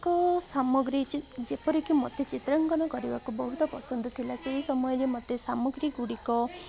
ଏକ ସାମଗ୍ରୀ ଯେପରିକି ମୋତେ ଚିତ୍ରାଙ୍କନ କରିବାକୁ ବହୁତ ପସନ୍ଦ ଥିଲା ସେହି ସମୟରେ ମତେ ସାମଗ୍ରୀ ଗୁଡ଼ିକ